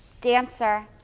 Dancer